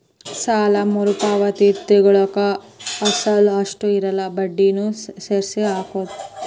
ಸಾಲ ಮರುಪಾವತಿಯೊಳಗ ಅಸಲ ಅಷ್ಟ ಇರಲ್ಲ ಬಡ್ಡಿನೂ ಸೇರ್ಸಿ ಕೊಡೋದ್